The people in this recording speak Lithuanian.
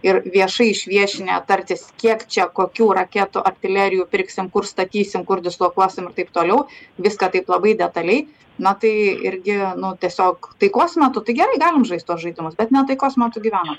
ir viešai išviešinę tartis kiek čia kokių raketų artilerijų pirksim kur statysim kur dislokuosim ir taip toliau viską taip labai detaliai na tai irgi nu tiesiog taikos metu tai gerai galim žaisti tuos žaidimus bet ne taikos metu gyvenam